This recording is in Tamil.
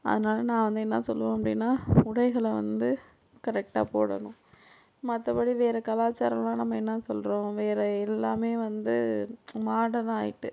அதனால நான் வந்து என்ன சொல்லுவேன் அப்படின்னா உடைகளை வந்து கரெக்டாக போடணும் மற்றபடி வேறு கலாச்சாரலாம் நம்ம என்ன சொல்லுறோம் வேறு எல்லாமே வந்து மாடர்ன்னா ஆயிகிட்டு